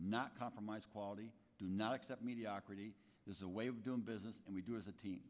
not compromise quality do not accept mediocrity is a way of doing business and we do as a t